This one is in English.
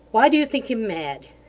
why do you think him mad